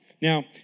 Now